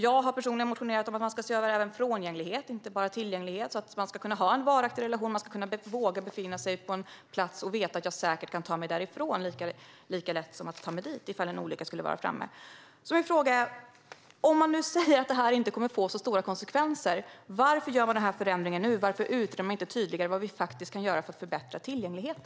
Jag har personligen motionerat om att man ska se över frångänglighet, inte bara tillgänglighet, så att man ska kunna ha en varaktig relation och våga befinna sig på en plats och veta att man säkert kan ta sig därifrån lika lätt som man kan ta sig dit om olyckan skulle vara framme. Man säger att detta inte kommer att få så stora konsekvenser. Varför gör man i så fall denna förändring? Varför utreder man inte tydligare vad vi faktiskt kan göra för att förbättra tillgängligheten?